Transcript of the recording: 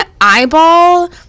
eyeball